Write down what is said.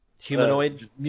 humanoid